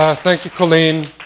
ah thank you, colleen,